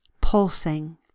pulsing